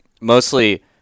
Mostly